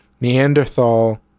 Neanderthal